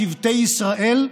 שבטי ישראל,